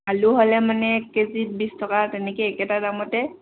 আলু হ'লে মানে এক কেজিত বিশ টকা তেনেকৈ একেটা দামতে